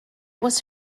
was